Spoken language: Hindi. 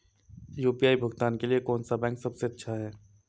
यू.पी.आई भुगतान के लिए कौन सा बैंक सबसे अच्छा है?